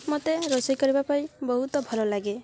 ମୋତେ ରୋଷେଇ କରିବା ପାଇଁ ବହୁତ ଭଲଲାଗେ